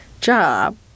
job